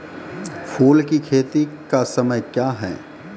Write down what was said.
फुल की खेती का समय क्या हैं?